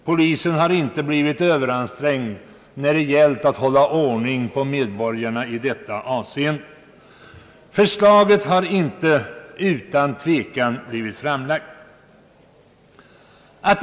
Polisen har inte blivit överansträngd när det gällt att hålla ordning på medborgarna i detta avseende. Förslaget har inte utan tvekan blivit framlagt.